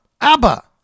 Abba